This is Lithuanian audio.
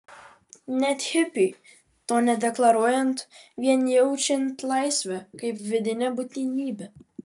net hipiui to nedeklaruojant vien jaučiant laisvę kaip vidinę būtinybę